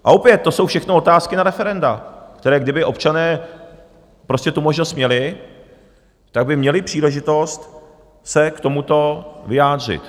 A opět, to jsou všechno otázky na referenda, která, kdyby občané tu možnost měli, tak by měli příležitost se k tomuto vyjádřit.